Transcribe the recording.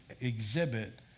exhibit